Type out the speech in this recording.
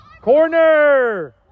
Corner